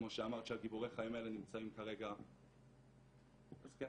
כמו שאמרת שגיבורי החיים האלה נמצאים כרגע אז כן,